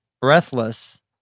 breathless